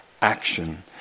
action